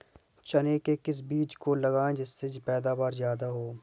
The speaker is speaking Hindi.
चने के किस बीज को लगाएँ जिससे पैदावार ज्यादा हो?